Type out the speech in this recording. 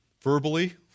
verbally